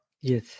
Yes